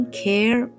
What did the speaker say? care